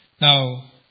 Now